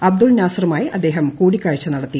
അബ്ദുൾ നാസറുമായി അദ്ദേഹം കൂടിക്കാഴ്ച നടത്തി